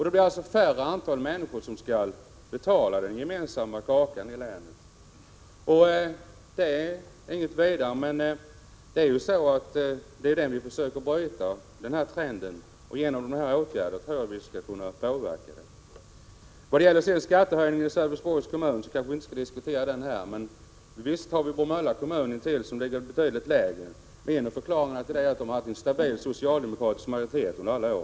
Det blir alltså färre människor som skall betala den gemensamma kakan i länet. Det är inte bra, men vi försöker bryta den trenden, och genom dessa åtgärder tror jag att vi skall kunna påverka den. Vi kanske inte skall diskutera skattehöjningen i Sölvesborgs kommun här. Men vi har Bromölla kommun, som ligger intill och som har betydligt lägre skatt. En av förklaringarna till det är att de har haft en stabil socialdemokratisk majoritet under alla år.